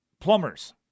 plumbers